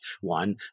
one